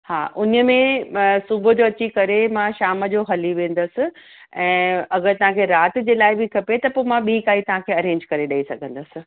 हा उनमें सुबूह जो अची करे मां शाम जो हली वेंदसि ऐं अगरि तव्हांखे राति जे लाइ बि खपे त पोइ मां ॿी काई तव्हांखे अरेंज करे ॾई सघंदसि